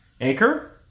Anchor